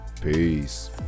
Peace